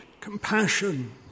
compassion